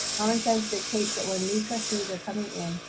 common sense dictates that when new trustees are coming in,